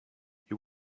you